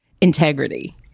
Integrity